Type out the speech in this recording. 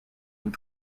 nous